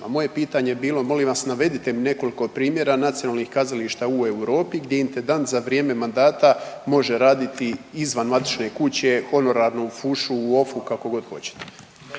Moje pitanje je bilo, molim vas, navedite mi nekoliko primjera nacionalnih kazališta u Europi gdje intendant za vrijeme mandata može raditi izvan matične kuće honorarno u fušu, u off-u, kako god hoćete.